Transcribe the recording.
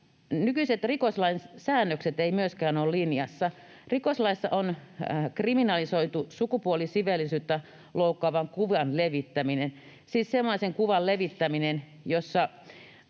Nykyiset rikoslain säännökset eivät myöskään ole linjassa. Rikoslaissa on kriminalisoitu sukupuolisiveellisyyttä loukkaavan kuvan levittäminen, siis sellaisen kuvan levittäminen, jossa